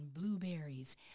blueberries